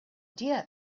dear